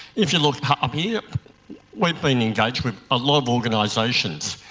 if you look up here we've been engaged with a lot of organisations,